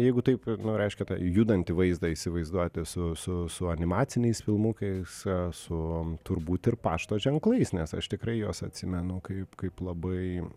jeigu taip nu reiškia tą judantį vaizdą įsivaizduoti su su su animaciniais filmukais su turbūt ir pašto ženklais nes aš tikrai juos atsimenu kaip kaip labai